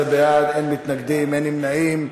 14 בעד, אין מתנגדים, אין נמנעים.